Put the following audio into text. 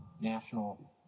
national